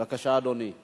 אדוני, בבקשה.